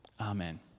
Amen